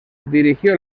dirigió